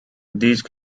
these